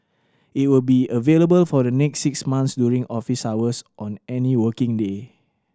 it will be available for the next six months during office hours on any working day